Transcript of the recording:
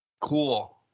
cool